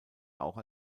auch